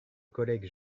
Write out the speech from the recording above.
collègue